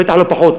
בטח לא פחות,